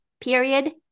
period